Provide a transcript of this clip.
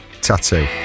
Tattoo